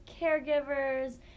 Caregivers